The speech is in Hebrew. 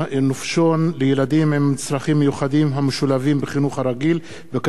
לילדים עם צרכים מיוחדים המשולבים בחינוך הרגיל בקייטנות הקיץ,